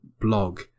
blog